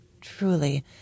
Truly